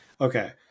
Okay